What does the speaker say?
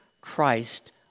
Christ